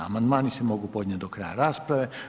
Amandmani se mogu podnositi do kraja rasprave.